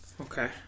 Okay